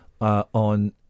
on